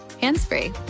hands-free